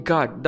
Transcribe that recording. God